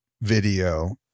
video